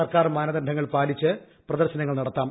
സർക്കാർ മാനദണ്ഡങ്ങൾ പാലിച്ച് പ്രദർശനങ്ങൾ നടത്താം